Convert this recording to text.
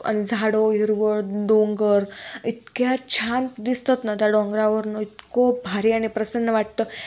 आणि झाडं हिरवळ डोंगर इतक्या छान दिसतात ना त्या डोंगरावरनं इतकं भारी आणि प्रसन्न वाटतं